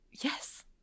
yes